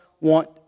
want